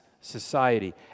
society